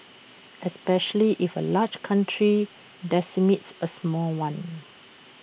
especially if A large country decimates A small one